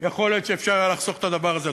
יכול להיות שאפשר היה לחסוך את הדבר הזה.